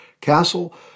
Castle